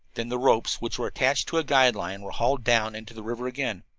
then the ropes, which were attached to a guide line, were hauled down into the river again.